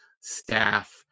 staff